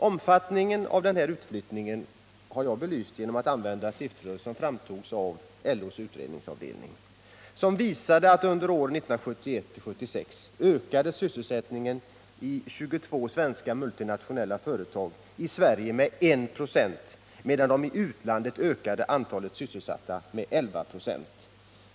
Omfattningen av denna utflyttning har jag belyst genom att använda siffror som framtagits av LO:s utredningsavdelning. Siffrorna visar att sysselsättningen i 22 multinationella företag under åren 1971-1976 ökade med 1 96 i Sverige, medan man i utlandet ökade antalet syselsatta med 1196.